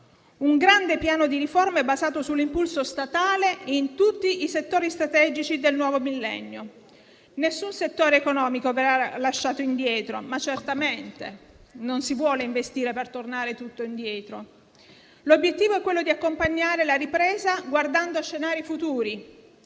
un grande piano di riforme basato sull'impulso statale in tutti i settori strategici del nuovo millennio. Nessun settore economico verrà lasciato indietro (certamente non si vuole investire per tornare indietro); l'obiettivo è accompagnare la ripresa guardando a scenari futuri.